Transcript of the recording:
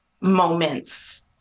moments